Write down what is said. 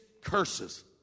curses